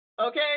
Okay